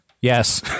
Yes